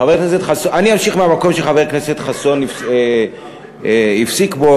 אני אמשיך מהמקום שחבר הכנסת חסון הפסיק בו,